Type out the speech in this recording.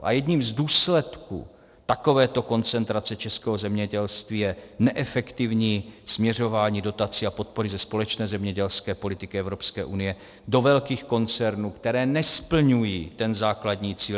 A jedním z důsledků takového koncentrace českého zemědělství je neefektivní směřování dotací a podpory ze společné zemědělské politiky EU do velkých koncernů, které nesplňují ten základní cíl.